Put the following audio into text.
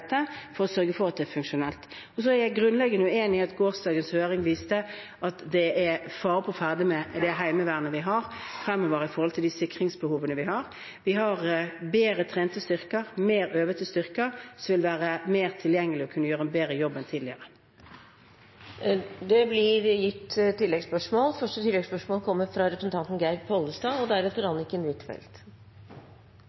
er funksjonelt. Jeg er grunnleggende uenig i at gårsdagens høring viste at det fremover er fare på ferde med det Heimevernet vi har, med tanke på de sikringsbehovene vi har. Vi har bedre trente styrker, mer øvede styrker, som vil være mer tilgjengelig og vil kunne gjøre en bedre jobb enn tidligere. Det blir oppfølgingsspørsmål – først Geir Pollestad. Heimevernet i Agder-fylka og